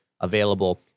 available